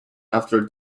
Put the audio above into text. after